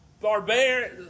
barbaric